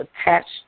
attached